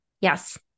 yes